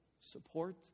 support